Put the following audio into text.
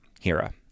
Hera